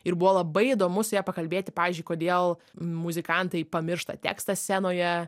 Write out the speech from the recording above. ir buvo labai įdomu su ja pakalbėti pavyzdžiui kodėl muzikantai pamiršta tekstą scenoje